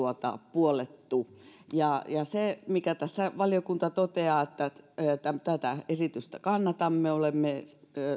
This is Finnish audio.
puollettu ja valiokunta toteaa että tätä esitystä kannatamme olemme